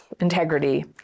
integrity